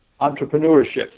Entrepreneurship